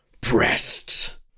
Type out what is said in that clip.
breasts